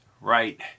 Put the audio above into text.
Right